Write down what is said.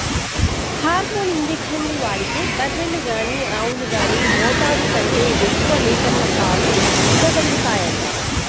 hormone ఇంజక్షన్లు వాడితే బర్రెలు గానీ ఆవులు గానీ మోతాదు కంటే ఎక్కువ లీటర్ల పాలు ఇవ్వగలుగుతాయంట